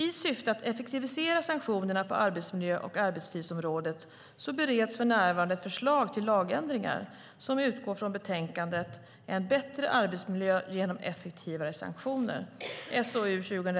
I syfte att effektivisera sanktionerna på arbetsmiljö och arbetstidsområdet bereds för närvarande ett förslag till lagändringar som utgår från betänkandet En bättre arbetsmiljö genom effektivare sanktioner .